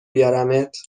بیارمت